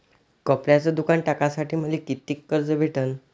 कपड्याचं दुकान टाकासाठी मले कितीक कर्ज भेटन?